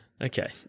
Okay